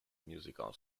musical